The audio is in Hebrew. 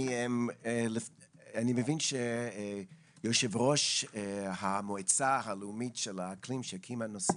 אני מבין שיו"ר המועצה הלאומית של האקלים שהקים הנשיא,